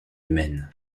humaine